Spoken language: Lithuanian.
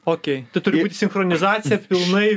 okei tai turi būti sinchronizacija pilnai